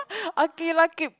okay la keep